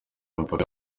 mipaka